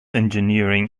engineering